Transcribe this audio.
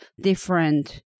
different